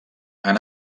han